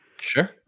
Sure